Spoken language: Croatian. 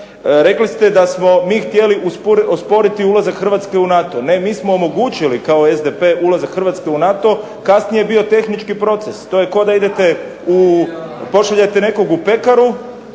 Rekli ste da smo mi htjeli osporiti ulazak Hrvatske u NATO. Ne, mi smo omogućili kao SDP ulazak Hrvatske u NATO, kasnije je bio tehnički proces. To je kao da idete, pošaljete nekog u pekaru